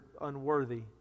unworthy